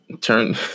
turn